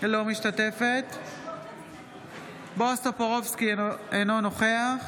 אינה משתתפת בהצבעה בועז טופורובסקי, אינו נוכח